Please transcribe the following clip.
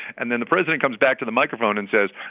and then the president comes back to the microphone and says,